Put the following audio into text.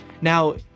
now